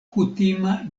kutima